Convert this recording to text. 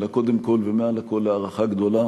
אלא קודם כול ומעל לכול להערכה גדולה